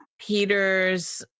Peter's